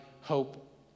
hope